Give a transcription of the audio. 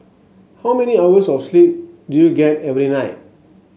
how many hours of sleep do you get every night